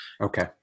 Okay